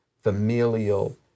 familial